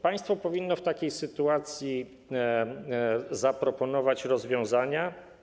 Państwo powinno w takiej sytuacji zaproponować rozwiązania.